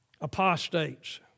Apostates